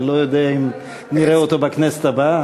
אני לא יודע אם נראה אותו בכנסת הבאה.